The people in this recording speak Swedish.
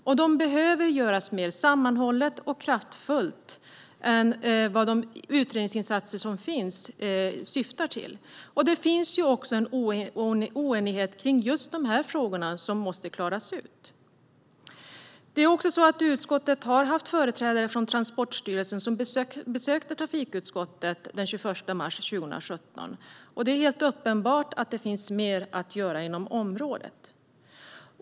Dessa behöver utföras mer sammanhållet och kraftfullt än vad som är fallet med de utredningsinsatser som redan finns. Det råder också en oenighet i dessa frågor som måste klaras ut. Företrädare för Transportstyrelsen besökte trafikutskottet den 21 mars 2017, och det är helt uppenbart att det finns mer att göra inom området.